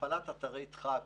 הפעלת אתרי דחק,